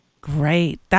Great